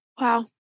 Wow